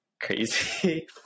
crazy